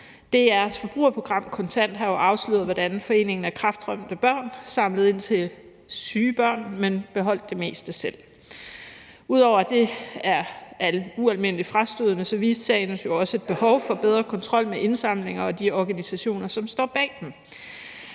DR's forbrugerprogram Kontant har jo afsløret, hvordan Foreningen for Danske Kræftramte Børn samlede ind til syge børn, men beholdt det meste selv. Ud over at det er ualmindelig frastødende, viste sagen os jo også et behov for bedre kontrol med indsamlinger og de organisationer, som står bag dem.